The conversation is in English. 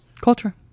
Culture